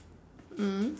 mm